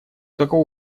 такого